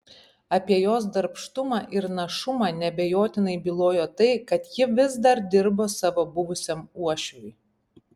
apie jos darbštumą ir našumą neabejotinai bylojo tai kad ji vis dar dirbo savo buvusiam uošviui